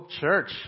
church